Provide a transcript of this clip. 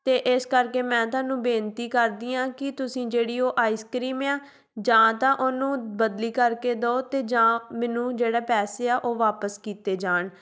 ਅਤੇ ਇਸ ਕਰਕੇ ਮੈਂ ਤੁਹਾਨੂੰ ਬੇਨਤੀ ਕਰਦੀ ਹਾਂ ਕਿ ਤੁਸੀਂ ਜਿਹੜੀ ਉਹ ਆਈਸਕ੍ਰੀਮ ਆ ਜਾਂ ਤਾਂ ਉਹਨੂੰ ਬਦਲੀ ਕਰਕੇ ਦਿਓ ਅਤੇ ਜਾਂ ਮੈਨੂੰ ਜਿਹੜਾ ਪੈਸੇ ਆ ਉਹ ਵਾਪਸ ਕੀਤੇ ਜਾਣ